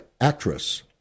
actress